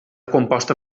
composta